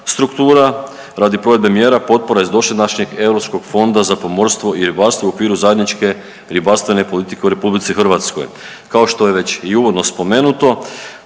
struktura radi provedbe mjera potpora iz dosadašnjeg Europskog fonda za pomorstvo i ribarstvo u okviru zajedničke ribarstvene politike u RH. Kao što je već i uvodno spomenuto